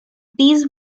these